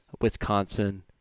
Wisconsin